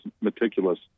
meticulous